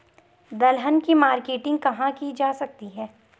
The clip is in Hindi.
दलहन की मार्केटिंग कहाँ की जा सकती है?